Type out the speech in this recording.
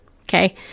Okay